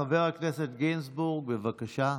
חבר הכנסת גינזבורג, בבקשה.